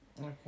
Okay